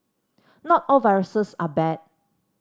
not all viruses are bad